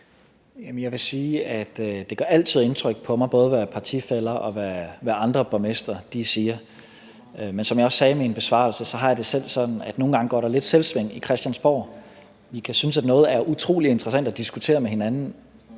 jeg vil sige, at det altid gør indtryk på mig, både hvad partifæller og hvad andre borgmestre siger. Som jeg også sagde i min besvarelse, har jeg det selv sådan, at der nogle gange går lidt selvsving i Christiansborg. Vi kan synes, at noget er utrolig interessant at diskutere med hinanden,